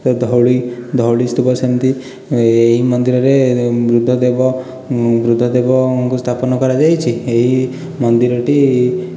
ଧଉଳି ଧଉଳି ସ୍ତୁପ ସେମିତି ଏହି ମନ୍ଦିରରେ ବୁଦ୍ଧ ଦେବ ବୁଦ୍ଧ ଦେବଙ୍କୁ ସ୍ଥାପନ କରାଯାଇଛି ଏହି ମନ୍ଦିରଟି